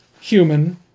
human